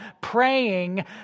praying